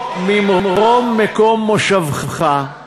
ממרום מקום מושבך שמעתי,